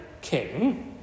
king